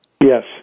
Yes